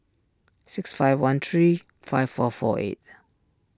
six five one three five four four eight